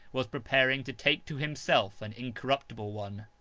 was preparing to take to himself an incorruptible one.